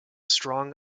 strong